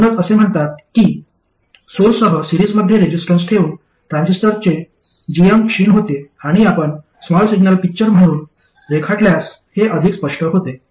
म्हणूनच असे म्हणतात की सोर्ससह सिरीजमध्ये रेसिस्टन्स ठेवून ट्रान्झिस्टरचे gm क्षीण होते आणि आपण स्मॉल सिग्नल पिक्चर म्हणून रेखाटल्यास हे अधिक स्पष्ट होते